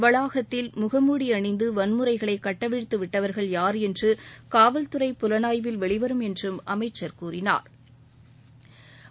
வளாகத்தில் முகமூடி அணிந்து வன்முறைகளை கட்டவிழ்த்து விட்டவர்கள் யார் என்று காவல் துறை புலணாய்வில் வெளிவரும் என்றும் அமைச்சர் கூறினாா்